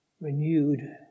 renewed